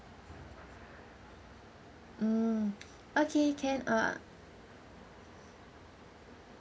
mm okay can uh